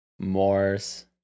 Morse